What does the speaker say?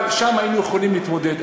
אבל שם היינו יכולים להתמודד.